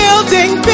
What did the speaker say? Building